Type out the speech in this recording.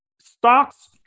Stocks